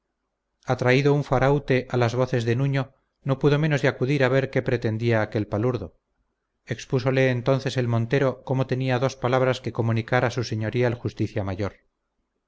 palenque atraído un faraute a las voces de nuño no pudo menos de acudir a ver qué pretendía aquel palurdo expúsole entonces el montero cómo tenía dos palabras que comunicar a su señoría el justicia mayor